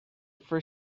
for